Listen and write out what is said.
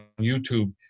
YouTube